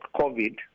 COVID